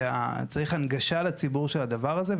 שצריך הנגשה לציבור של הדבר הזה.